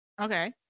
Okay